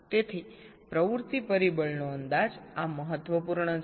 તેથી પ્રવૃત્તિ પરિબળનો અંદાજ આ મહત્વપૂર્ણ છે